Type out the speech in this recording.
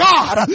God